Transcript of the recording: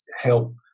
help